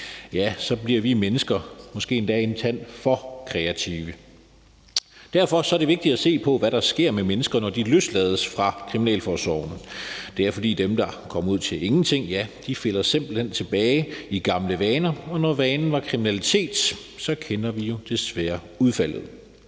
så bliver vi mennesker måske endda en tand for kreative. Derfor er det vigtigt at se på, hvad der sker med mennesker, når de løslades fra kriminalforsorgen. Det er, fordi dem, der kommer ud til ingenting, simpelt hen falder tilbage i gamle vaner, og når vanen var kriminalitet, så kender vi jo desværre udfaldet.